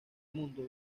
mundo